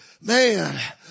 Man